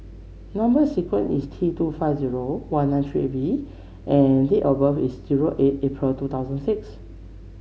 number sequence is T two five zero one nine three eight V and date of birth is zero eight April two thousand and six